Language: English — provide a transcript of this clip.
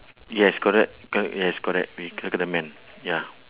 yes correct correct yes correct we circle the man ya